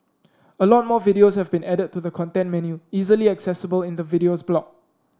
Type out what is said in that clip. a lot more videos have been added to the content menu easily accessible in the Videos block